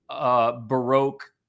Baroque